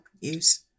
use